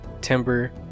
timber